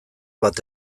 bat